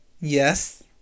Yes